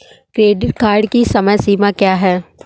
Credit card की समय सीमा क्या है?